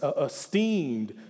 esteemed